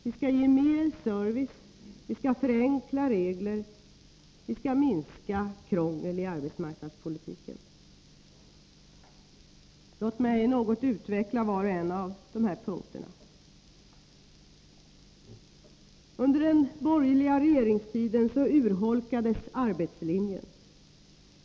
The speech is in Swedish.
Vi skall ge mer service, förenkla regler och minska krångel i arbetsmarknadspolitiken. Låt mig något utveckla var och en av dessa punkter. Under den borgerliga regeringstiden urholkades arbetslinjen.